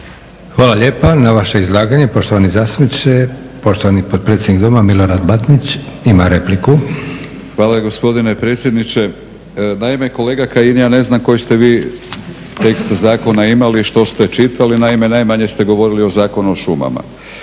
Hvala lijepa. Na vaše izlaganje poštovani zastupniče poštovani potpredsjednik Doma Milorad Batinić ima repliku. **Batinić, Milorad (HNS)** Hvala gospodine predsjedniče. Naime, kolega Kajin ja ne znam koji ste vi tekst zakona imali, što ste čitali, naime najmanje ste govorili o Zakonu o šumama.